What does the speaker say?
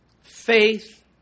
faith